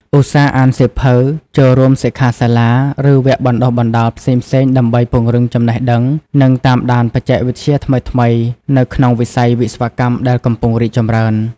ឧស្សាហ៍ អានសៀវភៅ ចូលរួមសិក្ខាសាលា ឬវគ្គបណ្តុះបណ្តាល ផ្សេងៗ ដើម្បី ពង្រឹងចំណេះដឹង និង តាមដានបច្ចេកវិទ្យាថ្មីៗ នៅក្នុងវិស័យវិស្វកម្មដែលកំពុងរីកចម្រើន។